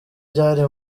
byari